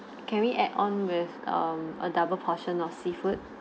can we add on with um a double portion of seafood